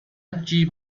جیب